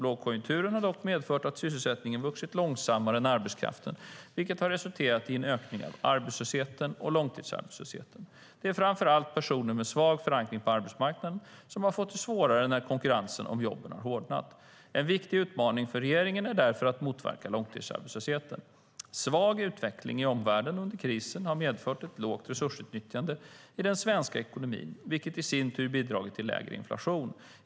Lågkonjunkturen har dock medfört att sysselsättningen vuxit långsammare än arbetskraften, vilket har resulterat i en ökning av arbetslösheten och långtidsarbetslösheten. Det är framför allt personer med svag förankring på arbetsmarknaden som har fått det svårare när konkurrensen om jobben har hårdnat. En viktig utmaning för regeringen är därför att motverka långtidsarbetslösheten. Svag utveckling i omvärlden under krisen har medfört ett lågt resursutnyttjande i den svenska ekonomin, vilket i sin tur har bidragit till lägre inflation.